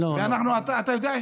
ואתה יודע,